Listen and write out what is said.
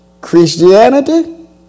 Christianity